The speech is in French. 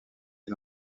est